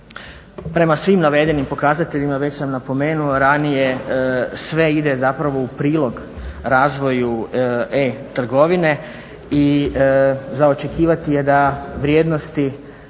Prema svim navedenim pokazateljima već sam napomenuo ranije sve ide zapravo u prilog razvoju e-trgovine. I za očekivati je da vrijednosti